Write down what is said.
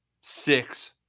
six